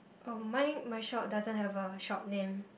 oh mine my shop doesn't have a shop name